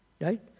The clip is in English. Right